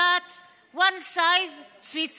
בבחינת one size fits all?